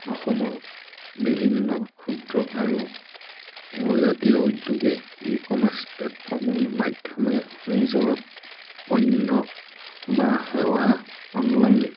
অসমৰ বিভিন্ন ক্ষুদ্ৰ আৰু মনজাতীয় উদ্যোগে ই কমাৰ্চ প্লেটফৰ্মৰ মাধ্যমে নিজৰ পণ্য বা সেৱা অনলাইন